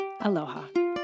aloha